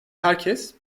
herkes